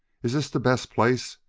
is this the best place?